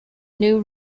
new